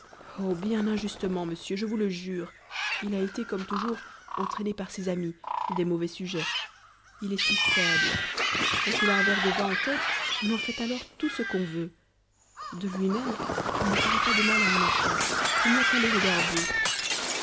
bien injustement monsieur je vous le jure il a été comme toujours entraîné par ses amis des mauvais sujets il est si faible quand il a un verre de vin en tête on en fait alors tout ce qu'on veut de lui-même il ne ferait pas de mal à un enfant il n'y a qu'à le regarder